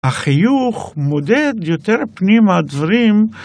החיוך מודד יותר פנימה דברים